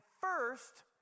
first